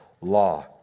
law